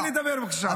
תן לי לדבר, בבקשה.